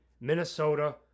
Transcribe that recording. Minnesota